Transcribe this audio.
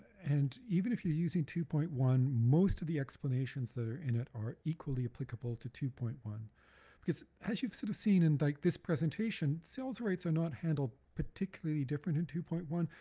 and even if you're using two point one most of the explanations that are in it are equally applicable to two point one because as you've sort of seen in like this presentation, sales rights are not handled particularly different in two point one.